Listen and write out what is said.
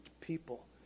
people